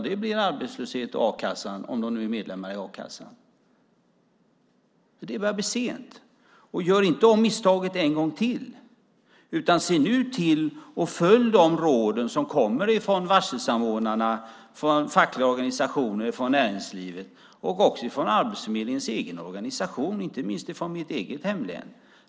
Det blir arbetslöshet och a-kassa, om de nu är medlemmar i a-kassan. Det börjar bli sent. Gör inte om misstaget en gång till, utan se nu till att följa de råd som kommer från varselsamordnarna, fackliga organisationer, näringslivet och Arbetsförmedlingens egen organisation, inte minst i mitt eget hemlän.